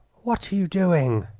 what are you doing?